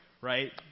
right